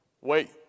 Wait